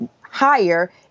higher